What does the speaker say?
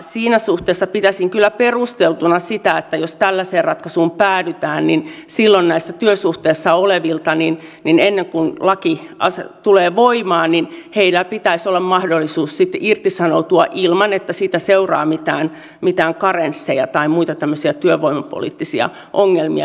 siinä suhteessa pitäisin kyllä perusteltuna sitä että jos tällaiseen ratkaisuun päädytään niin silloin näissä työsuhteissa olevilla pitäisi olla ennen kuin laki tulee voimaan mahdollisuus sitten irtisanoutua ilman että siitä seuraa mitään karensseja tai muita tämmöisiä työvoimapoliittisia ongelmia